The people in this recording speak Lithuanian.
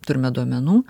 turime duomenų